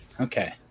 Okay